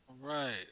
right